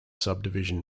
subdivision